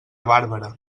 bàrbara